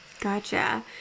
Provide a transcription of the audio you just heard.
Gotcha